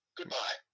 Goodbye